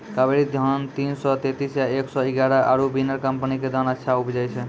कावेरी धान तीन सौ तेंतीस या एक सौ एगारह आरु बिनर कम्पनी के धान अच्छा उपजै छै?